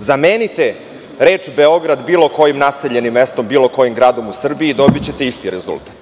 Zamenite reč: „Beograd“ bilo kojim naseljenim mestom, bilo kojim gradom u Srbiji i dobićete isti rezultat.